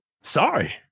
Sorry